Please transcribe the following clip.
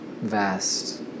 Vast